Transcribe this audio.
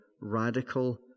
radical